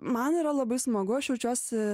man yra labai smagu aš jaučiuosi